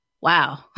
wow